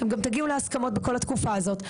אתם גם תגיעו להסכמות בכל התקופה הזאת,